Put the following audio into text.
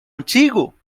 antigo